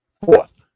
fourth